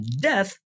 death